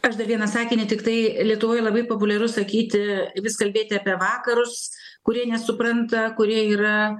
aš dar vieną sakinį tiktai lietuvoj labai populiaru sakyti vis kalbėti apie vakarus kurie nesupranta kurie yra